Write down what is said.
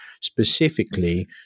specifically